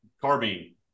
carbine